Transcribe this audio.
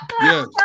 Yes